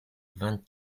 vingt